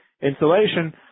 insulation